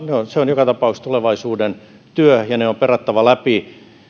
se on joka tapauksessa tulevaisuuden työ ja ne on perattava läpi